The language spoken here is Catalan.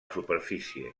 superfície